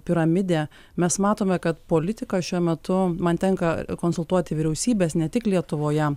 piramidė mes matome kad politika šiuo metu man tenka konsultuoti vyriausybes ne tik lietuvoje